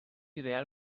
ideal